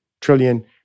trillion